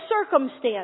circumstance